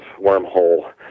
wormhole